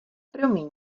promiň